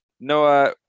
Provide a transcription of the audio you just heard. Noah